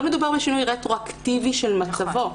לא מדובר בשינוי רטרואקטיבי של מצבו.